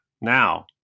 Now